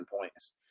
points